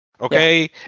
okay